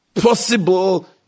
possible